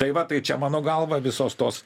tai va tai čia mano galva visos tos